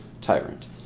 tyrant